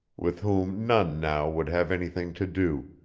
with whom none now would have anything to do,